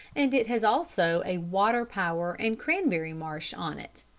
and it has also a water-power and cranberry marsh on it.